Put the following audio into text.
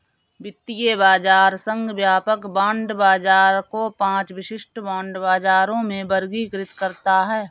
वित्तीय बाजार संघ व्यापक बांड बाजार को पांच विशिष्ट बांड बाजारों में वर्गीकृत करता है